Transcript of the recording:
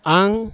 आं